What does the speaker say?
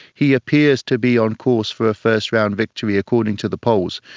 he appears to be on course for a first round victory, according to the polls,